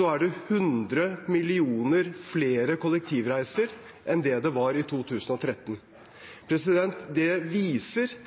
var det hundre millioner flere kollektivreiser enn det var i 2013. Det viser